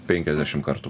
penkiasdešim kartų